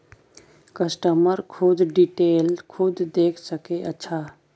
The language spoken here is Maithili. कस्टमर खुद डिटेल खुद देख सके अच्छा